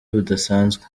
budasanzwe